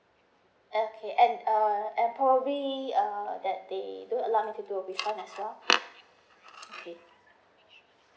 okay and uh I probably uh that they don't allow me to do a refund as well K